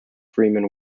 freeman